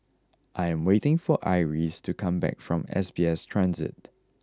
I am waiting for Iris to come back from S B S Transit